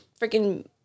freaking